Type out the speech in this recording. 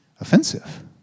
offensive